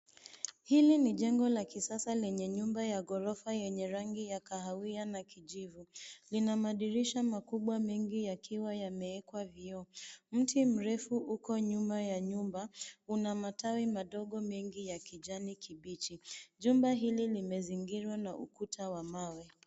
Hili ni jengo la kisasa leye nyunba ye ghorofa yenye rangi ya kahawia na kijivu. Lina madirisha makubwa mengi yakiwa yameekwa vioo. Mti mrefu uko nyuma ya nyumba, una matawi madogo mengi ya kijani kibichi. Jumba hili limezingirwa na ukuta wa mawe.